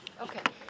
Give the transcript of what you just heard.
okay